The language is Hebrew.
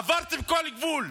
עברתם כל גבול.